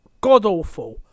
god-awful